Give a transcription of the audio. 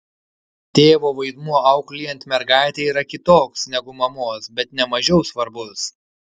tėvo vaidmuo auklėjant mergaitę yra kitoks negu mamos bet ne mažiau svarbus